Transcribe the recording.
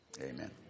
Amen